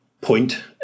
point